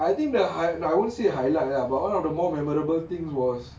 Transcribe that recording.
I think the high~ I won't say highlight lah but one of the more memorable thing was